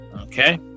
Okay